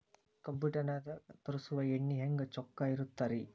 Computer ನಾಗ ತರುಸುವ ಎಣ್ಣಿ ಹೆಂಗ್ ಚೊಕ್ಕ ಇರತ್ತ ರಿ?